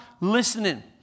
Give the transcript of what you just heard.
listening